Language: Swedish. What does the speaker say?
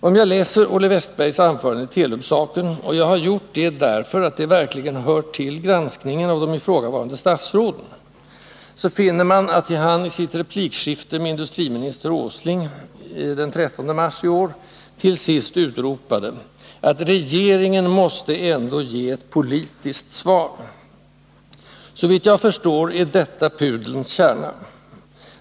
Om man läser Olle Wästbergs i Stockholm anföranden i Telub-saken — och jag har gjort det därför att det verkligen tillhör granskningen av de ifrågavarande statsråden — finner man att han i sitt replikskifte med industriminister Åsling den 13 mars i år till sist utropade: ”Regeringen måste ju ändå ge ett politiskt svar!” Såvitt jag förstår är detta pudelns kärna.